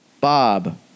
Bob